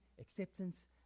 acceptance